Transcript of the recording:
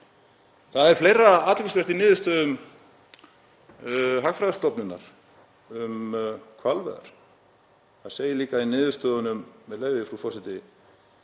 Það er fleira athyglisvert í niðurstöðum Hagfræðistofnunar um hvalveiðar. Það segir líka í niðurstöðunum, með leyfi frú forseta: